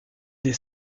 des